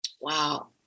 Wow